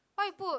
what you put